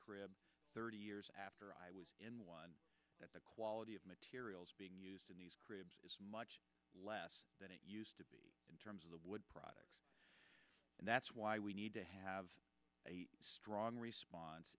crib thirty years after i was in one that the quality of materials being used is much less than it used to be in terms of the wood products and that's why we need to have a strong response